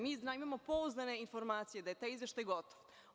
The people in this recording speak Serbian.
Mi imamo pouzdane informacije da je taj izveštaj gotov.